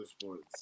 sports